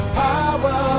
power